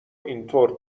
اینطور